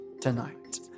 tonight